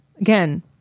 again